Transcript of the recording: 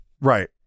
right